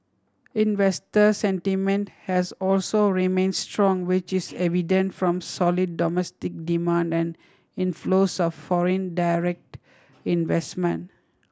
investor sentiment has also remained strong which is evident from solid domestic demand and inflows of foreign direct investment